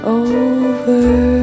over